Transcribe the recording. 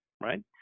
right